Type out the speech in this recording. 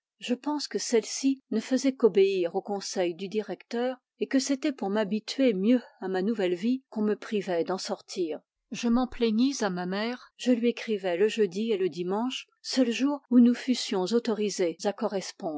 je pense que celle-ci ne faisait qu'obéir aux conseils du directeur et que c'était pour m'habituer mieux à ma nouvelle vie qu'on me privait d'en sortir je m'en plaignis à ma mère je lui écrivais le jeudi et le dimanche seuls jours où nous fussions autorisés